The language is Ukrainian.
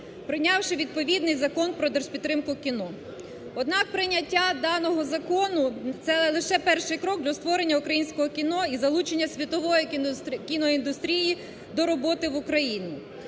прийнявши відповідний Закон про держпідтримку кіно. Однак прийняття даного закону – це лише перший крок для створення українського кіно і залучення світової кіноіндустрії до роботи в Україні.